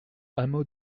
hameau